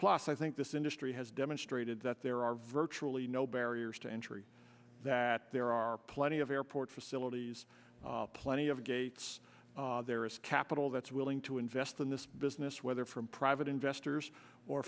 plus i think this industry has demonstrated that there are virtually no barriers to entry that there are plenty of airport facilities plenty of gates there is capital that's willing to invest in this business whether from private investors or